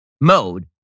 mode